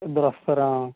ఇద్దరు వస్తారా